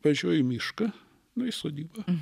važiuoju į mišką nu į sodybą